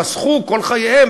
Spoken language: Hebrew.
חסכו כל חייהם,